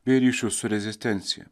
bei ryšius su rezistencija